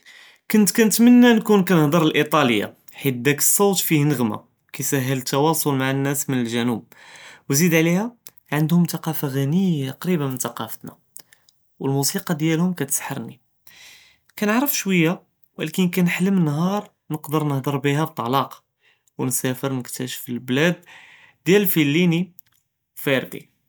כנת כנתמנא נכּוּן כנְהְדַר לאיטָאלִיָה חִית דָאכּ צּוּת פִיהָא נְעְמָה כִּיסְהֶל תְּוָאסוּל מעא לנאס פִלְגְ׳נוּבְּ, ו זִיד עְלִיהָא ענדְהוּם תְּקָאפָה עְ׳נִיָה קרִיבָּה מן תְּקָאפְתְנָא, ו למוסִיקָא דיאלְהוּם כִּיתְסְחַרְנִי, כּנְעְרְף שׁוִויא ולכִּין כנְחְלֶם נהאר נקְדַר נְהְדַר בִּיהָא בְּטְלָאקָה ו נְסָאפֶר נִכְּתָאשַף לְבְּלאד דיאל לְפְלִינִי פָארְדִי.